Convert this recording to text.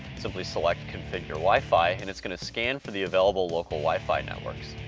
simply select configure wi-fi and it's gonna scan for the available local wi-fi networks.